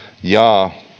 jaa